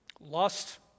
lust